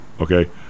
okay